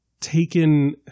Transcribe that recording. taken